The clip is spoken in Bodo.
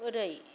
ओरै